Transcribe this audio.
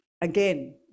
Again